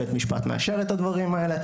בית המשפט מאשר את הדברים האלה.